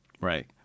Right